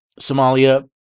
Somalia